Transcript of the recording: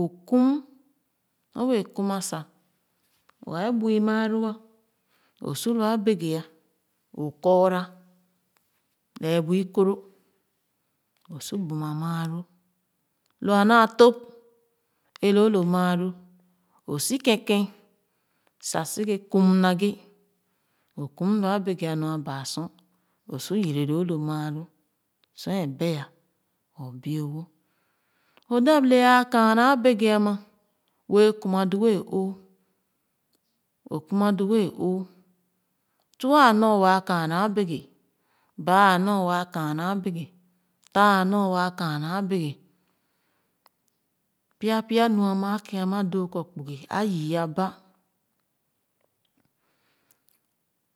O kum sor wɛɛ kuma sa wɛɛ bui maa lo ah osu lo abeke ah o korga ra lee bu ikoro o su buma maalo lo a naa tōp ē loo lo maaloo o si kèn kèn sa se kèn kum maghe o kum lo a bekè nua baa sor o su yere loo lo maalo sor a beeh o bie wo o dap le āā kana a bekè ama wɛɛ kumaa du wɛɛ o’o, o kuma du wɛɛ o’o tua a nor waa kana abeke’ baa a nor wa kana abeke, taa e nor waa kana abeke, pya, pya nu a ma kèn ma doo kɔ kpugi a yii aba